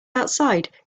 outside